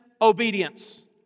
obedience